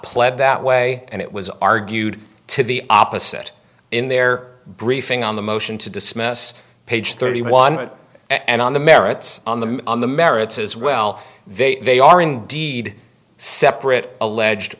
pled that way and it was argued to the opposite in their briefing on the motion to dismiss page thirty one and on the merits on the on the merits as well they they are indeed separate alleged